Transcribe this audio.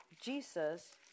jesus